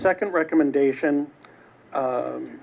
second recommendation